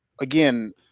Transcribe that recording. again